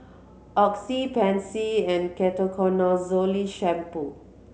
Oxy Pansy and Ketoconazole Shampoo